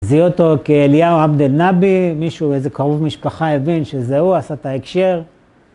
זיהו אותו כאליהו עבדל נבי, מישהו, איזה קרוב משפחה הבין שזה הוא, עשה את ההקשר.